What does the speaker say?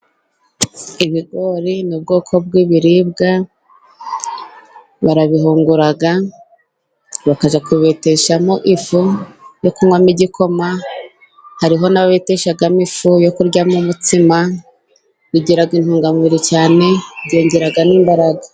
Ibigori ni ubwoko bw'ibiribwa, barabihungura bakabeteshamo ifu yo kunywa mo igikoma, hariho n'abeteshamo ifu yo kurya mo umutsima, bigira intungamubiri cyane byongera n'imbaraga.